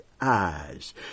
eyes